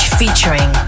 featuring